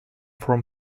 from